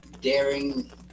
daring